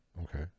Okay